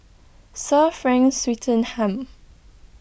Sir Frank Swettenham